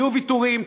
יהיו ויתורים,